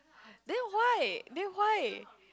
then why then why